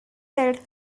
said